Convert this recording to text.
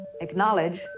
Acknowledge